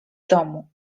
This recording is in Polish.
domu